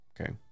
okay